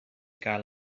gael